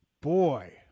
boy